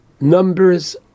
numbers